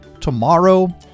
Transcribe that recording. Tomorrow